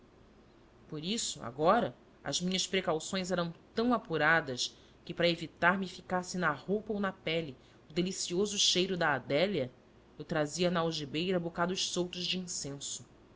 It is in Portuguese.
por isso agora as minhas precauções eram tão apuradas que para evitar me ficasse na roupa ou na pele o delicioso cheiro da adélia eu trazia na algibeira bocados soltos de incenso